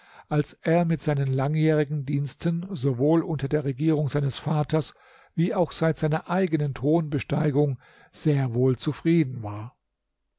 als er mit seinen langjährigen diensten sowohl unter der regierung seines vaters wie auch seit seiner eigenen thronbesteigung sehr wohl zufrieden war